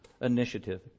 initiative